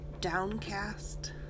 downcast